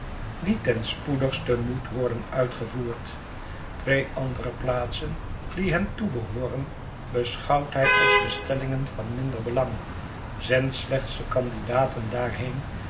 die ten spoedigste moet worden uitgevoerd twee andere plaatsen die hem toebehooren beschouwt hij als bestellingen van minder belang zendt slechts de candidaten daarheen